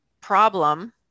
problem